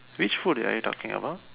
which food are you talking about